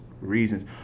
reasons